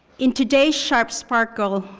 in today's sharp sparkle,